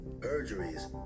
perjuries